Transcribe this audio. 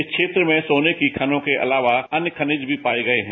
इस क्षेत्र में सोने की खानों के अलावा अन्य खनिज भी पाए गए हैं